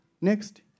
Next